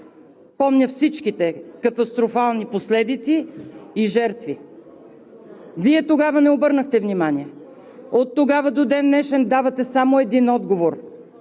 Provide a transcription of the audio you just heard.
Помня всичките катастрофални последици и жертви. Вие тогава не обърнахте внимание. Оттогава до ден днешен давате само един отговор: